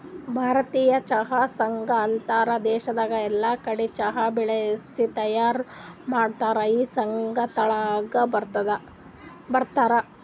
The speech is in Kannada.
ಭಾರತೀಯ ಚಹಾ ಸಂಘ ಅಂದುರ್ ದೇಶದಾಗ್ ಎಲ್ಲಾ ಕಡಿ ಚಹಾ ಬೆಳಿಸಿ ತೈಯಾರ್ ಮಾಡೋರ್ ಈ ಸಂಘ ತೆಳಗ ಬರ್ತಾರ್